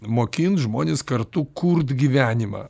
mokint žmones kartu kurt gyvenimą